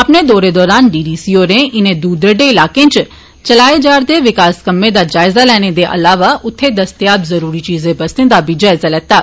अपने दौरे दोरान डी डी सी होर इनें दूर दरेड़े इलाके इच चलाए जा करदे विकास कम्में दा जायजा लैने दे अलावा उत्थे दस्तेघन जरूरी चीजें बस्ते दे मंडारण दा बी जायजा लैत्ता